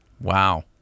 Wow